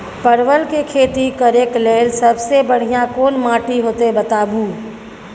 परवल के खेती करेक लैल सबसे बढ़िया कोन माटी होते बताबू?